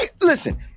listen